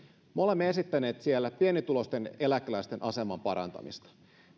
niin huomaatte että me olemme esittäneet siellä pienituloisten eläkeläisten aseman parantamista